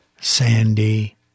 Sandy